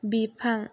बिफां